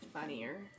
funnier